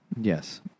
Yes